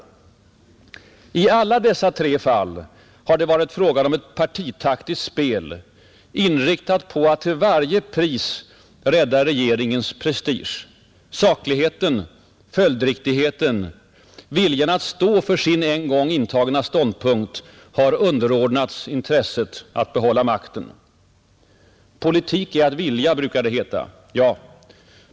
I alla dessa tre fall har det varit fråga om ett partitaktiskt spel, inriktat på att till varje pris rädda regeringens prestige. Sakligheten, följdriktigheten, viljan att stå för sin en gång intagna ståndpunkt har underordnats intresset att behålla makten. Politik är att vilja, brukar det heta. Ja!